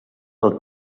del